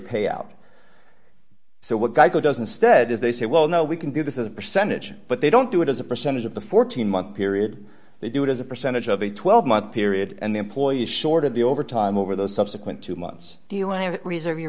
payout so what geico doesn't stead is they say well no we can do this as a percentage but they don't do it as a percentage of the fourteen month period they do it as a percentage of the twelve month period and the employee shorted the overtime over the subsequent two months